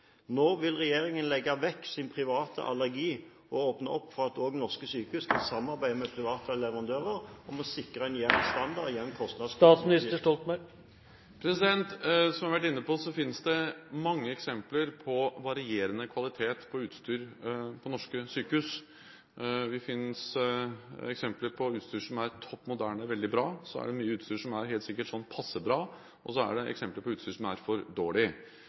vil regjeringen legge vekk sin private allergi og åpne opp for at også norske sykehus kan samarbeide med private leverandører om å sikre en jevn standard og jevn kostnads… Som vi har vært inne på, finnes det mange eksempler på varierende kvalitet på utstyr på norske sykehus. Det finnes eksempler på utstyr som er topp moderne og veldig bra, og så er det mye utstyr som helt sikkert er sånn passe bra, og så er det eksempler på utstyr som er for dårlig.